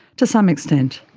to some extent.